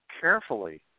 carefully